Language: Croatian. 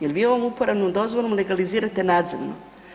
Jer vi ovom uporabnom dozvolom legalizirate nadzemno.